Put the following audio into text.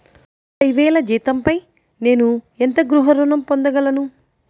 ముప్పై వేల జీతంపై నేను ఎంత గృహ ఋణం పొందగలను?